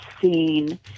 seen